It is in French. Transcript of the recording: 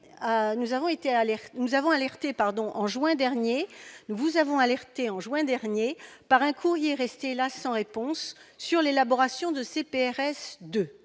nous vous avons alertée, en juin dernier, par un courrier resté hélas sans réponse, sur l'élaboration de ces «